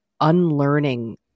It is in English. unlearning